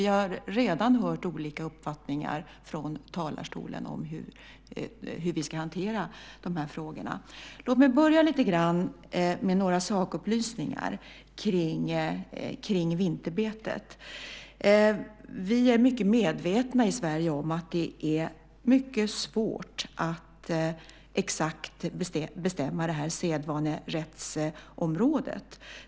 Vi har redan hört olika uppfattningar från talarstolen om hur vi ska hantera de här frågorna. Låt mig börja med några sakupplysningar kring vinterbetet. Vi i Sverige är medvetna om att det är mycket svårt att exakt bestämma det här sedvanerättsområdet.